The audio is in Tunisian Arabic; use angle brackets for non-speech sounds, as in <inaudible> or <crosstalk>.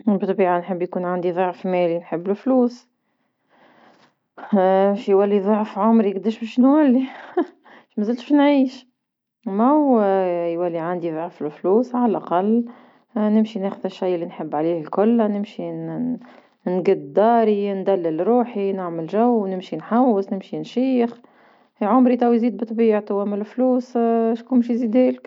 بطبيعة نحب يكون عندي ضعف مالي نحب لفلوس، <hesitation> في يولي ضعف عمري قداش باش نولي <laughs> مازلتش باش نعيش، ما هو <hesitation> يولي عندي ضعف الفلوس على الأقل نمشي ناخد شي اللي نحب عليه الكل، نمشي نن- نقد داري ندلل روح نعمل جو ونمشي نحوس ونمشي نشيخ، في عمري توا يزيد بطبيعتو بيا أما الفلوس <hesitation> شكون باش يزدهالك.